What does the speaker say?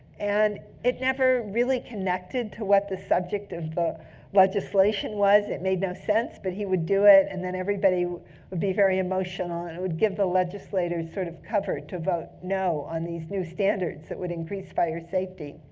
and it never really connected to what the subject of the legislation was. it made no sense. but he would do it, and then everybody would be very emotional, and it would give the legislators sort of cover to vote no on these new standards that would increase fire safety.